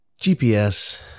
GPS